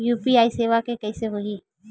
UPI सेवा के कइसे होही?